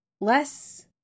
less